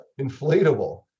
inflatable